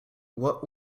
what